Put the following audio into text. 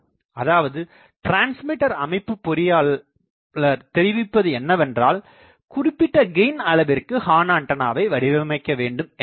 அதாவது டிரான்ஸ்மிட்டர் அமைப்புபொறியாளர் தெரிவிப்பது என்னவென்றால் குறிப்பிட்ட கெயின் அளவிற்கு ஹார்ன் ஆண்டனாவை வடிவமைக்க வேண்டும் என்பதே